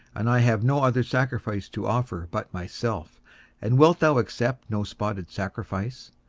and i have no other sacrifice to offer but myself and wilt thou accept no spotted sacrifice?